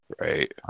Right